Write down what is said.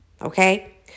Okay